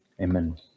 Amen